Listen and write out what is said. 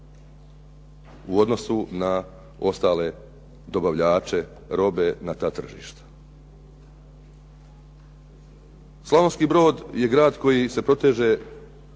u odnosu na ostale dobavljače robe na ta tržišta. Slavonski Brod je grad koji se proteže